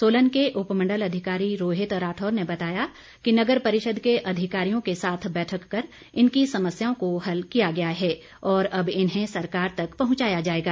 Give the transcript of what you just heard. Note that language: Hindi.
सोलन के उपमंडल अधिकारी रोहित राठौर ने बताया कि नगर परिषद के अधिकारियों के साथ बैठक कर इनकी समस्याओं को हल किया गया है और अब इन्हें सरकार तक पहुंचाया जाएगा